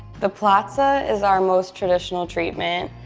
the platza is our most traditional treatment.